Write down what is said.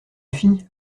fis